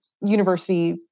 university